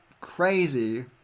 crazy